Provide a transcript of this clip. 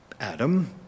Adam